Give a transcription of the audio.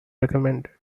recommended